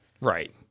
Right